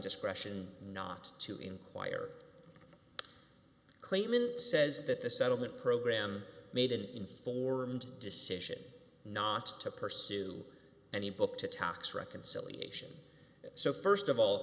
discretion not to inquire claimant says that the settlement program made an informed decision not to pursue any book to tocs reconciliation so st of all